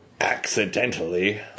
accidentally